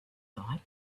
thought